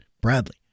Bradley